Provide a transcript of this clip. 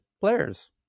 players